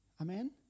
Amen